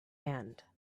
hand